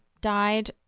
died